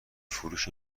فروش